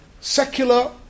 secular